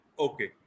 Okay